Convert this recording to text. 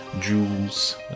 jewels